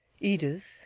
Edith